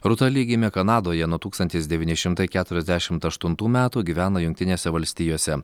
rūta li gimė kanadoje nuo tūkstantis devyni šimtai keturiasdešimt aštuntų metų gyvena jungtinėse valstijose